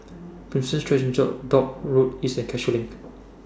Prinsep Street Church Dock Road East and Cashew LINK